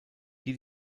die